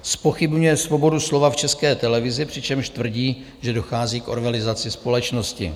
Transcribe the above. Zpochybňuje svobodu slova v České televizi, přičemž tvrdí, že dochází k orwellizaci společnosti.